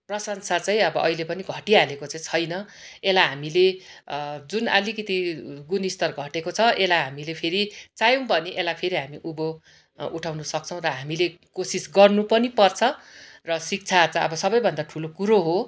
प्रशंसा चाहिँ अब अहिले पनि घटिहालेको चाहिँ छैन यसलाई हामीले जुन आलिकति गुणस्तर घटेको छ यसलाई हामीले फेरि चाह्यौँ भने यसलाई फेरि हामी उँभो उठाउन सक्छौँ र हामीले कोसिस गर्नु पनि पर्छ र शिक्षा त अब सबैभन्दा ठुलो कुरो हो